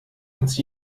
uns